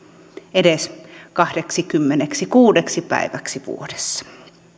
edes kahdeksikymmeneksikuudeksi päiväksi vuodessa